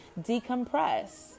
decompress